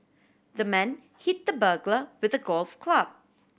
the man hit the burglar with a golf club